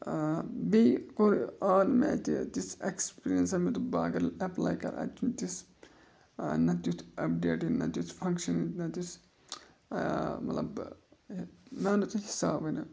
بیٚیہِ کوٚر آو مےٚ اَتہِ تِژھ ایٚکٕسپیٖریَنسا مےٚ دوٚپ بہٕ اگر اٮ۪پلاے کَرٕ اَتہِ تِژھ نہ تیُتھ اَپڈیٹٕنۍ نہ تِیُتھ فَنٛگشَنٕچ نہ تِژھ مطلب مےٚ آو نہٕ تَتہِ حِسابٕے نہٕ